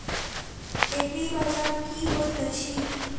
एग्रीबाजार की होइत अछि?